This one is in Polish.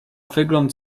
wygląd